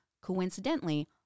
coincidentally